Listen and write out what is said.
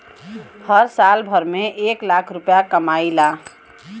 हम साल भर में एक लाख रूपया कमाई ला